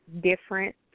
Different